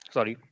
Sorry